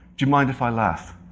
do you mind if i laugh?